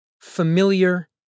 familiar